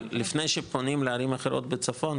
אבל לפני שפונים לערים אחרות בצפון,